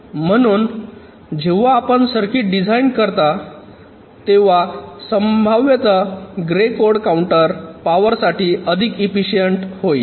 म्हणून जेव्हा आपण सर्किट डिझाइन करता तेव्हा संभाव्यतः ग्रे कोड काउंटर पॉवर साठी अधिक इफिसिएंट होईल